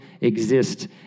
exist